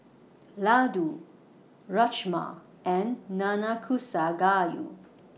Ladoo Rajma and Nanakusa Gayu